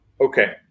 Okay